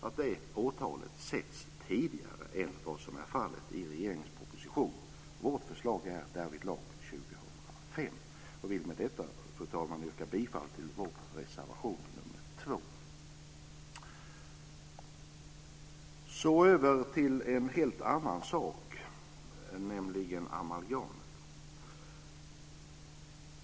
Årtalet bör sättas tidigare än vad som är fallet i regeringens proposition. Vårt förslag därvidlag är år 2005. Fru talman! Jag vill med detta yrka bifall till vår reservation nr 2. Så över till en helt annan sak, nämligen amalgamet.